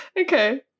Okay